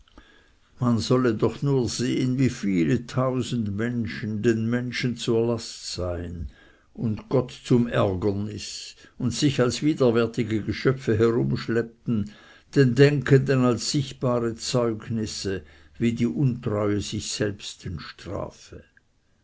man solle doch nur sehen wie viele tausend menschen den menschen zur last seien und gott zum ärgernis und sich als widerwärtige geschöpfe herumschleppten den denkenden als sichtbare zeugnisse wie die untreue sich selbsten strafe